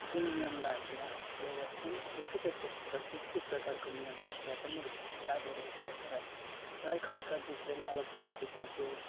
जुन नियमलाई हामीले यहाँ फलो गर्छ नि त्यस्तै टाइपको प्र त्यस्तै प्रकारको नियमहरू त्यहाँ पनि र लागु रहेछ तर लाइक हलका डिफरेन्ट अलग टाइपको त्यहाँ चाहिँ